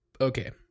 okay